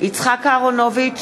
יצחק אהרונוביץ,